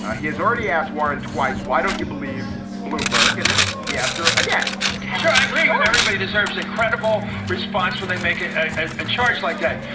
ah he has already asked warren twice, why don't you believe bloomberg? and then he asked her again i'm sure i agree with everybody deserves incredible response when they make ah a and charge like that.